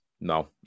No